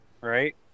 Right